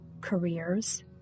careers